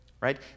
right